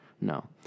No